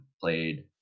Played